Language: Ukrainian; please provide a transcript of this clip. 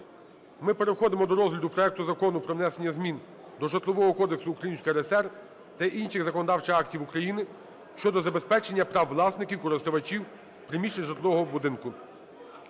ми переходимо до розгляду проекту Закону про внесення змін до Житлового кодексу Української РСР та інших законодавчих актів України щодо забезпечення прав власників (користувачів) приміщень жилого будинку.